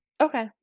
Okay